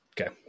Okay